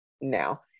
now